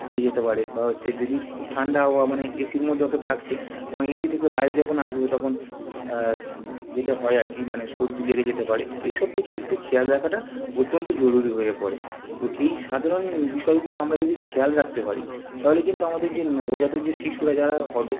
হয়ে যেতে পারে বা হচ্ছে যদি খুব ঠান্ডা আবহাওয়া মানে এসির মধ্যে হয়তো থাকছে কোনোদিন এসি থেকে বাইরে যখন আসবে তখন যেটা হয় আর কি মানে সর্দি লেগে যেতে পারে এএইসব দিকে একটু খেয়াল রাখাটা অত্যন্ত জরুরি হয়ে পড়ে তো এই সাধারণ বিষয়গুলো আমরা যদি খেয়াল রাখতে পারি তাহলে কিন্তু আমাদের যে নবজাতক যে শিশুরা যারা হবে